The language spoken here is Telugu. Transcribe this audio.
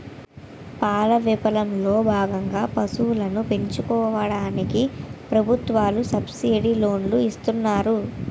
పాల విప్లవం లో భాగంగా పశువులను పెంచుకోవడానికి ప్రభుత్వాలు సబ్సిడీ లోనులు ఇస్తున్నారు